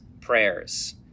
prayers